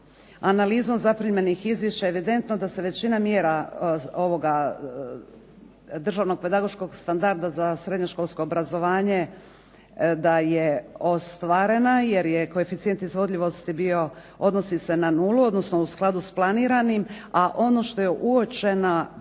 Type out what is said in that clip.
analizom zaprimljenih izvješća evidentno da se većina mjera ovog državnog pedagoškog standarda za srednjoškolsko obrazovanje da je ostvarena jer je koeficijent izvodljivosti bio, odnosi se na nulu odnosno u skladu s planiranim, a ono što je uočena kao problem ili